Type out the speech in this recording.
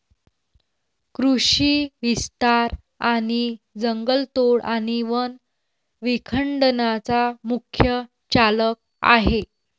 कृषी विस्तार हा जंगलतोड आणि वन विखंडनाचा मुख्य चालक आहे